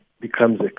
becomes